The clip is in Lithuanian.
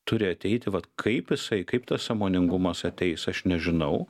turi ateiti vat kaip jisai kaip tas sąmoningumas ateis aš nežinau